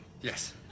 Yes